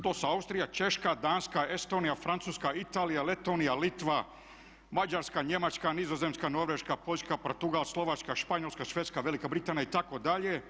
To su Austrija, Češka, Danska, Estonija, Francuska, Italija, Letonija, Litva, Mađarska, Njemačka, Nizozemska, Norveška, Poljska, Portugal, Slovačka, Španjolska, Švedska, Velika Britanija itd.